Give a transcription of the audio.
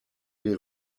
les